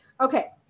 Okay